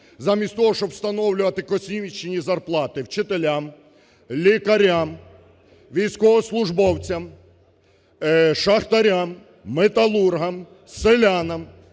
замість того, щоб встановлювати "космічні" зарплати вчителям, лікарям, військовослужбовцям, шахтарям, металургам, селянам.